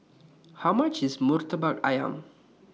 How much IS Murtabak Ayam